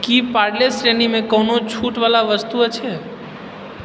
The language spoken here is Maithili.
की पार्ले श्रेणीमे कोनो छूटवला वस्तु अछि